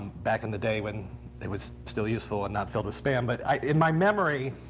back in the day when it was still useful and not filled with spam. but in my memory,